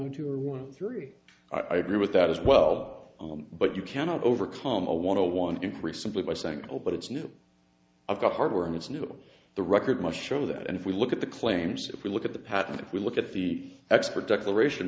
or three i agree with that as well but you cannot overcome a want to one increase simply by saying oh but it's new i've got hardware and it's new the record must show that and if we look at the claims if we look at the patent if we look at the expert declaration